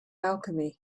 alchemy